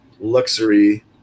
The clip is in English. luxury